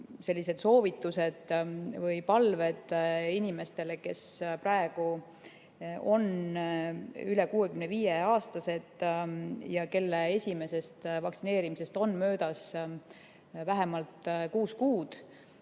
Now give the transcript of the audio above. ees soovitused või palved inimestele, kes praegu on üle 65‑aastased ja kelle esimesest vaktsineerimisest on möödas vähemalt kuus kuud.